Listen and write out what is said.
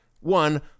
One